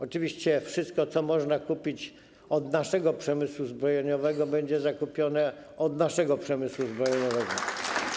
Oczywiście wszystko, co można kupić od naszego przemysłu zbrojeniowego, będzie kupione od naszego przemysłu zbrojeniowego.